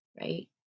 right